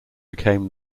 became